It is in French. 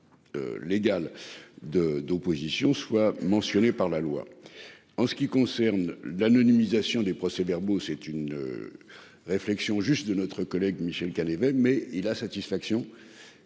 Légal de d'opposition soit mentionnée par la loi. En ce qui concerne l'anonymisation des procès-verbaux c'est une. Réflexion juste de notre collègue Michel même mais il la satisfaction.